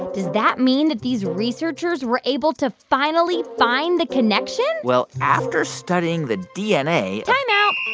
does that mean that these researchers were able to finally find the connection? well, after studying the dna. time out.